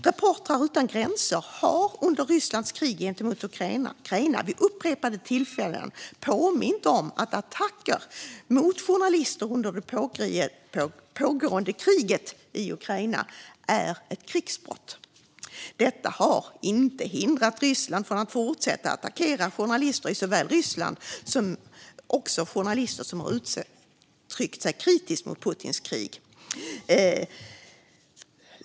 Reportrar utan gränser har under Rysslands krig mot Ukraina vid upprepade tillfällen påmint om att attacker mot journalister under det pågående kriget i Ukraina är ett krigsbrott. Detta har inte hindrat Ryssland från att fortsätta attackera journalister i Ryssland och journalister som uttryckt sig kritiskt om Putins krig.